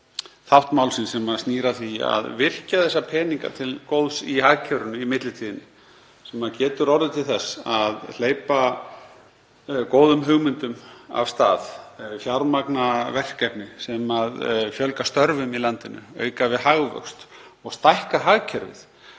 þátt málsins sem snýr að því að virkja þessa peninga til góðs í hagkerfinu í millitíðinni, sem getur orðið til þess að hleypa góðum hugmyndum af stað, fjármagna verkefni sem fjölga störfum í landinu, auka við hagvöxt og stækka hagkerfið.